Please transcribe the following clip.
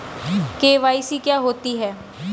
KYC क्या होता है?